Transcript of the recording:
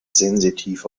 sensitiv